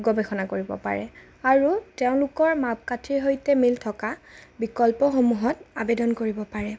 গৱেষণা কৰিব পাৰে আৰু তেওঁলোকৰ মাপকাঠিৰ সৈতে মিল থকা বিকল্পসমূহত আৱেদন কৰিব পাৰে